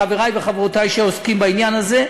חברי וחברותי שעוסקים בעניין הזה.